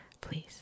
Please